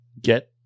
get